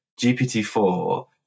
GPT-4